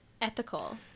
Ethical